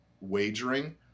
wagering